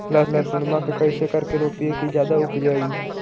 लहसूनमा के कैसे करके रोपीय की जादा उपजई?